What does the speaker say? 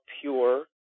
pure